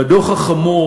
בדוח החמור,